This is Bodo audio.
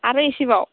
आरो एसेबाव